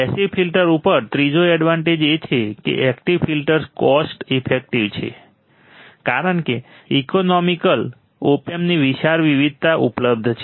passive filter ઉપર ત્રીજો advantage એ છે કે એકટીવ ફિલ્ટર્સ કોસ્ટ ઇફેક્ટિવ છે કારણ કે ઈકોનોમિકલ ઓપ એમ્પની વિશાળ વિવિધતા ઉપલબ્ધ છે